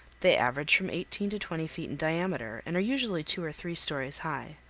they average from eighteen to twenty feet in diameter, and are usually two or three stories high.